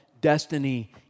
destiny